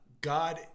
God